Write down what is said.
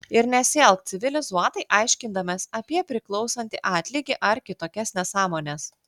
ir nesielk civilizuotai aiškindamas apie priklausantį atlygį ar kitokias nesąmones